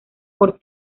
por